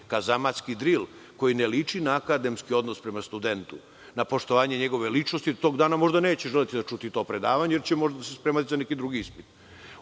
kazamatski dril, koji ne liči na akademski odnos prema studentu, na poštovanje njegove ličnosti, jer tog dana možda neće želeti da čuje to predavanje ili će se možda spremati za neki drugi ispit.